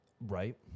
right